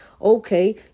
Okay